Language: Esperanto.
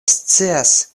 scias